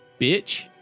Bitch